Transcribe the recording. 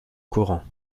coran